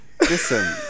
listen